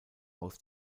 aus